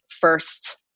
first